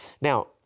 Now